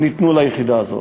ניתנו ליחידה הזאת,